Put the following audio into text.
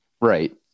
Right